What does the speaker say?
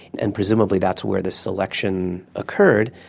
and presumably that's where this selection occurred.